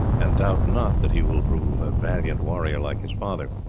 and doubt not that he will prove a valiant warrior like his father.